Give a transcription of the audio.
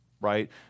right